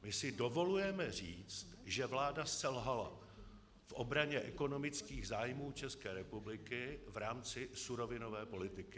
My si dovolujeme říct, že vláda selhala v obraně ekonomických zájmů České republiky v rámci surovinové politiky.